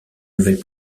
nouvelle